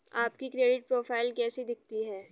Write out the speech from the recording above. आपकी credit profile कैसी दिखती है?